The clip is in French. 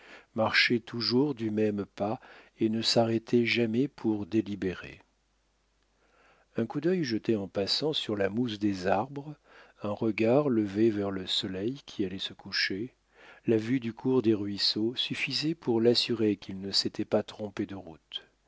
marchait toujours du même pas et ne s'arrêtait jamais pour délibérer un coup d'œil jeté en passant sur la mousse des arbres un regard levé vers le soleil qui allait se coucher la vue du cours des ruisseaux suffisaient pour l'assurer qu'il ne s'était pas trompé de route